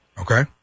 okay